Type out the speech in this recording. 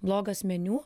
blogas meniu